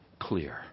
clear